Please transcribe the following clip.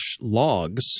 logs